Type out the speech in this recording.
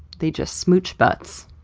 they just smooch butts,